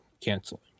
canceling